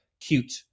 cute